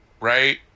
right